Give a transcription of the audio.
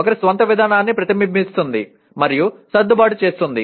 ఒకరి స్వంత విధానాన్ని ప్రతిబింబిస్తుంది మరియు సర్దుబాటు చేస్తుంది